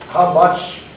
much